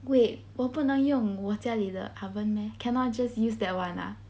wait 我不能用我家里的 oven meh cannot just use that one ah